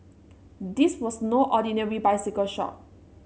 this was no ordinary bicycle shop